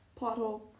pothole